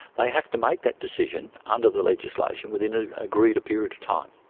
they have to make that decision under the legislation within an agreed period of time.